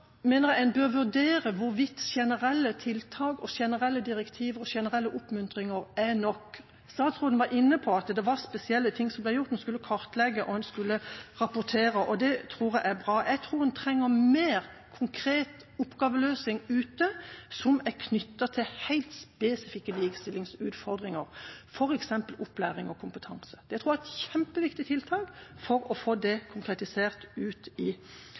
mener jeg en bør vurdere hvorvidt generelle tiltak, generelle direktiver og generelle oppmuntringer er nok. Statsråden var inne på at det var spesielle ting som ble gjort, han skulle kartlegge, og han skulle rapportere, og det tror jeg er bra. Jeg tror en trenger mer konkret oppgaveløsing ute som er knyttet til helt spesifikke likestillingsutfordringer, f.eks. opplæring og kompetanse. Det tror jeg er et kjempeviktig tiltak for å få det konkretisert ut i